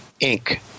Inc